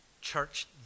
Church